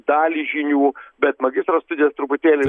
dalį žinių bet magistro studijos truputėlį